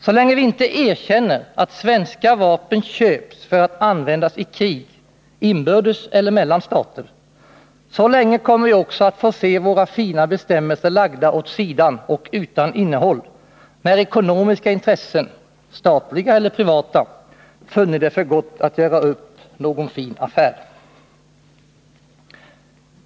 Så länge vi inte erkänner att svenska vapen köps för att användas i krig, inbördes eller mellan stater, så länge kommer vi också att få se våra fina bestämmelser lagda åt sidan och utan innehåll när ekonomiska intressen, statliga eller privata, funnit det för gott att göra upp någon fin affär.